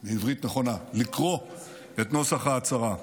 את נוסח ההצהרה: